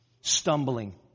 stumbling